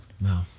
No